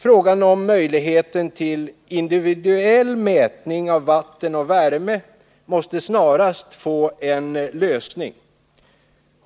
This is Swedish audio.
Frågan om möjlighet till individuell mätning av vattenoch värmeförbrukning måste snarast få en lösning.